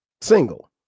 single